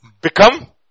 become